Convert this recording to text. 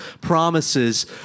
Promises